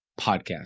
podcast